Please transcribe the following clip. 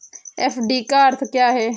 FD का अर्थ क्या है?